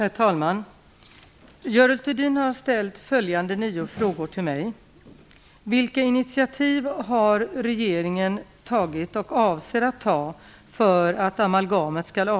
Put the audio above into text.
Herr talman! Görel Thurdin har ställt följande nio frågor till mig: 2.